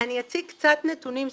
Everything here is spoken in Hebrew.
אני אציג קצת נתונים סטטיסטיים.